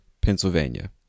Pennsylvania